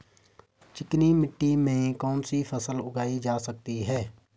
चिकनी मिट्टी में कौन सी फसल उगाई जा सकती है?